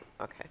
Okay